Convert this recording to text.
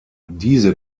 diese